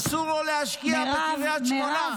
אסור לו להשקיע בקריית שמונה.